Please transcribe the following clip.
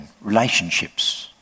relationships